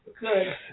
Good